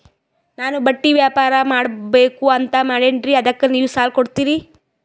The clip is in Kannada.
ನಾನು ಬಟ್ಟಿ ವ್ಯಾಪಾರ್ ಮಾಡಬಕು ಅಂತ ಮಾಡಿನ್ರಿ ಅದಕ್ಕ ನೀವು ಸಾಲ ಕೊಡ್ತೀರಿ?